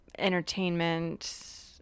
entertainment